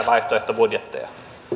vaihtoehtobudjetteja arvoisa